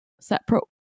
separate